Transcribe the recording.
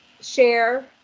share